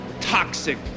Toxic